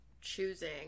choosing